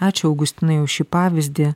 ačiū augustinai už šį pavyzdį